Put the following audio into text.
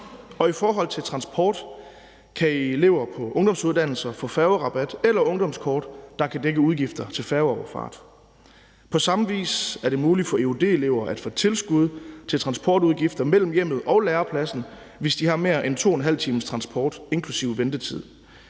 Og i forhold til transport kan elever på ungdomsuddannelser få færgerabat eller ungdomskort, der kan dække udgifter til færgeoverfart. På samme vis er det muligt for eud-elever at få tilskud til transportudgifter mellem hjemmet og lærepladsen, hvis de har mere end 2½ times transport inklusive ventetid.